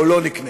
או לא נקנה.